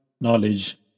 knowledge